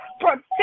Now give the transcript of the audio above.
Protect